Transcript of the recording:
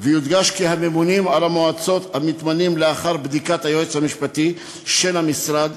ויודגש כי הממונים על המועצות מתמנים לאחר בדיקת היועץ המשפטי של המשרד,